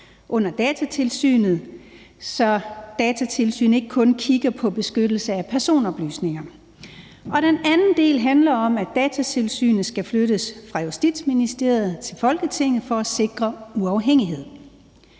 under Datatilsynet, så Datatilsynet ikke kun kigger på beskyttelse af personoplysninger. Den anden del handler om, at Datatilsynet skal flyttes fra Justitsministeriet til Folketinget for at sikre uafhængighed.